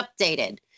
updated